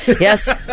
Yes